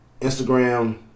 Instagram